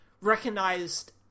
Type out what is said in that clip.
recognized